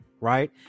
right